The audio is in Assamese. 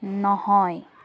নহয়